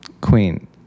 Queen